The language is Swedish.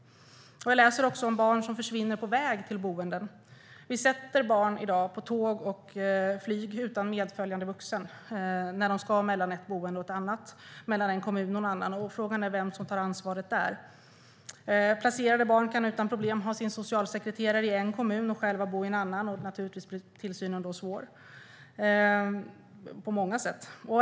Jag läser också om barn som försvinner på väg till boenden. I dag sätter vi barn på tåg och flyg utan medföljande vuxen när de ska mellan ett boende och ett annat, mellan en kommun och en annan. Frågan är vem som tar ansvaret där. Placerade barn kan utan problem ha sin socialsekreterare i en kommun och själva bo i en annan. Naturligtvis blir det då svårt med tillsynen på många sätt.